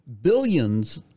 billions